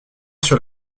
sur